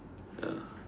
ya